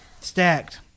stacked